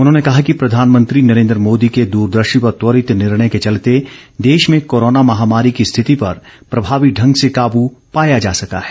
उन्होंने कहा कि प्रधानमंत्री नरेन्द्र मोदी के द्रदर्शी व त्वरित निर्णय के चलते देश में कोरोना महामारी की स्थिति पर प्रभावी ढंग से काबू पाया जा सका है